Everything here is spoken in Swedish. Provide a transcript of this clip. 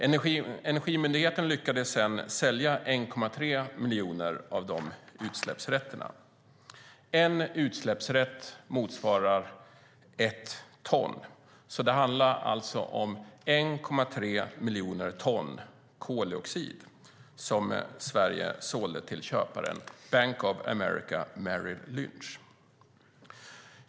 Energimyndigheten lyckades sälja 1,3 miljoner av de utsläppsrätterna. En utsläppsrätt motsvarar ett ton, så det handlar alltså om 1,3 miljoner ton koldioxid som Sverige sålde till köparen Bank of America Merrill Lynch.